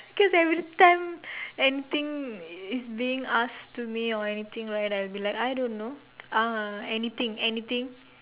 cause every time anything is being asked to me or anything I will be like I don't know ah anything anything